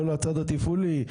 כל הצד התפעולי,